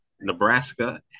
Nebraska